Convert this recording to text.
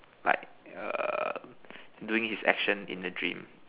like err doing his action in the dream